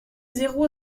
zéro